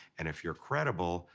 and if you're credible,